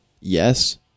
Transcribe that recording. yes